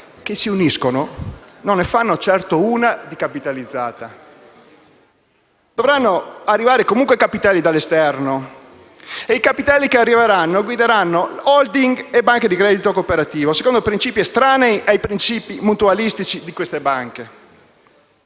che si uniscono non ne fanno certo una capitalizzata. Dovranno arrivare comunque capitali dall'esterno e quelli che arriveranno guideranno *holding* e banche di credito cooperativo secondo principi estranei ai principi mutualistici di queste banche.